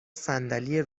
صندلی